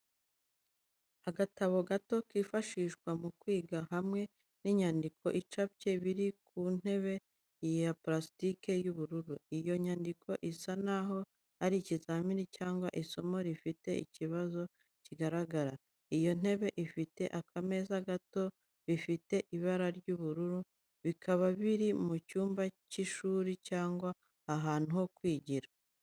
Agatabo gato kifashishwa mu kwiga, hamwe n'inyandiko icapye biri ku ntebe ya purasitike y'ubururu. Iyo nyandiko isa n'aho ari ikizamini cyangwa isomo rifite ikibazo kigaragara. Iyo ntebe ifite akameza gato bifite ibara ry'ubururu, bikaba biri mu cyumba cy'ishuri cyangwa ahantu ho kwigira.